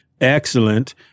Excellent